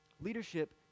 Leadership